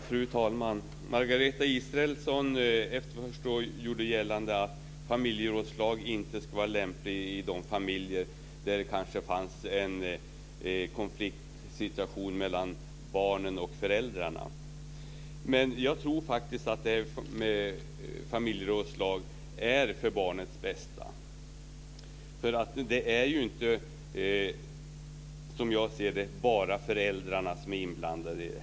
Fru talman! Margareta Israelsson gjorde gällande, efter vad jag förstår, att familjerådslag inte skulle vara lämpliga i de familjer där det kanske finns en konfliktsituation mellan barnen och föräldrarna. Jag tror faktiskt att familjerådslag är för barnets bästa. Det är ju inte, som jag ser det, bara föräldrarna som är inblandade.